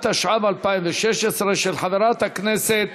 התשע"ו 2016, של חברת הכנסת